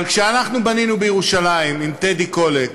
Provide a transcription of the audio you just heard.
אבל כשאנחנו בנינו בירושלים, עם טדי קולק